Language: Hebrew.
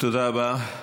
תודה רבה.